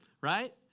right